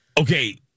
Okay